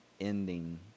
ending